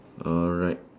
alright